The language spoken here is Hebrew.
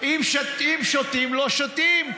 אם שותים, לא שטים.